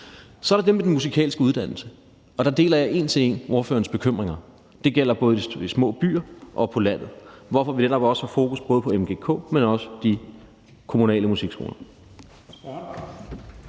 Så er der det med den musikalske uddannelse, og der deler jeg en til en ordførerens bekymringer. Det gælder både i de små byer og på landet, hvorfor vi netop også har fokus på både mgk, men også på de kommunale musikskoler.